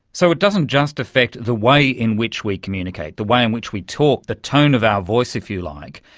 so it doesn't just affect the way in which we communicate, the way in which we talk, the tone of our voice, if you like,